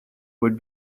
would